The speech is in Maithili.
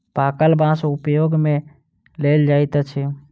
पाकल बाँस उपयोग मे लेल जाइत अछि